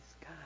God